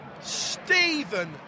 Stephen